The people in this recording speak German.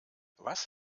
was